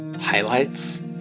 Highlights